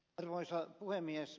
arvoisa puhemies